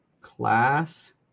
Class